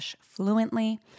fluently